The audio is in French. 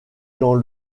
dans